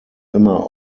immer